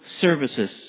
services